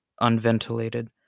unventilated